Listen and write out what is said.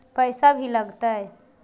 पैसा भी लगतय?